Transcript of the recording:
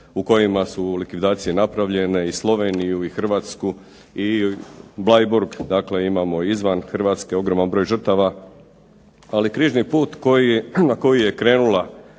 u kojima su likvidacije napravljene i Sloveniju i Hrvatsku i Bleiburg, dakle imamo izvan Hrvatske ogroman broj žrtava. Ali križni put na koji je krenula